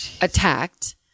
attacked